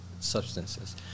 Substances